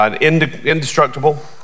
Indestructible